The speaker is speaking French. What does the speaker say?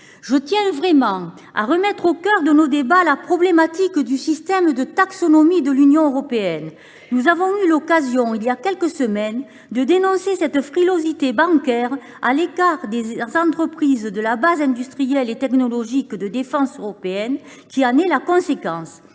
Je tiens à remettre au cœur de nos débats la taxonomie de l’Union européenne. Nous avons eu l’occasion, il y a quelques semaines, de dénoncer la frilosité bancaire à l’égard des entreprises de la base industrielle et technologique de défense européenne, qui en est la conséquence.